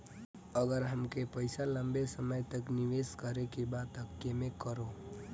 अगर हमके पईसा लंबे समय तक निवेश करेके बा त केमें करों?